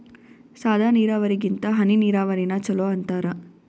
ಸಾದ ನೀರಾವರಿಗಿಂತ ಹನಿ ನೀರಾವರಿನ ಚಲೋ ಅಂತಾರ